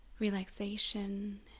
Relaxation